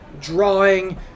drawing